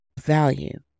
value